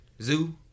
Zoo